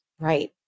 Right